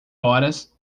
horas